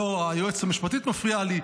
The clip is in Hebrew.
היועצת המשפטית מפריעה לי,